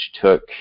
took